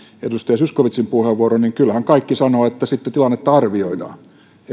edustaja zyskowiczin puheenvuoron niin kyllähän kaikki sanovat että sitten tilannetta arvioidaan